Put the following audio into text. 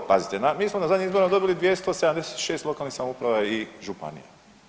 Pazite, mi smo na zadnjim izborima dobili 276 lokalnih samouprava i županija.